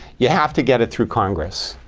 you have to get it through congress.